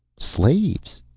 slaves,